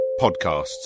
podcasts